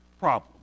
problem